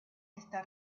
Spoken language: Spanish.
está